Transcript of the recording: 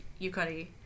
Yukari